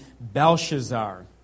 Belshazzar